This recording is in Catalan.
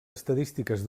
estadístiques